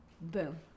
Boom